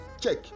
check